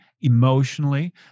emotionally